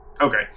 Okay